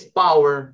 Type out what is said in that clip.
power